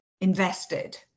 invested